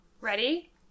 Ready